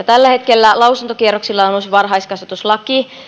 tällä hetkellä lausuntokierroksella on uusi varhaiskasvatuslaki